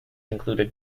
included